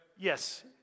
Yes